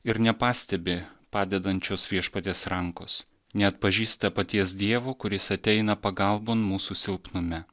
ir nepastebi padedančios viešpaties rankos neatpažįsta paties dievo kuris ateina pagalbon mūsų silpnume